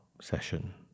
session